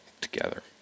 together